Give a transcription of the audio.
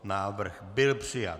Návrh byl přijat.